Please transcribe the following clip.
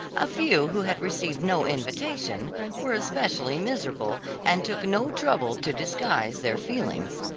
a few who had received no invitation were especially miserable, and took no trouble to disguise their feelings.